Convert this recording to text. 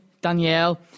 Danielle